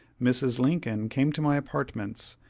mrs. lincoln came to my apartments,